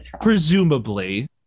Presumably